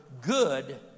good